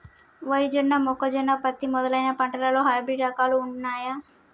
వరి జొన్న మొక్కజొన్న పత్తి మొదలైన పంటలలో హైబ్రిడ్ రకాలు ఉన్నయా?